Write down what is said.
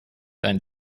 einen